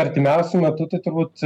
artimiausiu metu tai turbūt